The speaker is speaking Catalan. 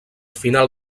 final